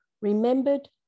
remembered